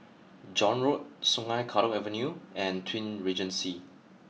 John Road Sungei Kadut Avenue and Twin Regency